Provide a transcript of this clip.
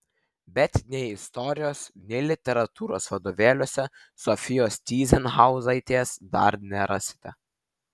bet nei istorijos nei literatūros vadovėliuose sofijos tyzenhauzaitės dar nerasite